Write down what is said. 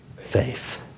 Faith